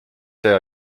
see